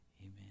amen